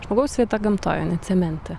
žmogaus vieta gamtoj ne cemente